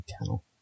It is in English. channel